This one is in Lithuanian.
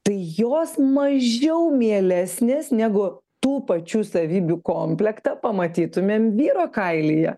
tai jos mažiau mielesnės negu tų pačių savybių komplektą pamatytumėm vyro kailyje